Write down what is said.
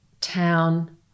town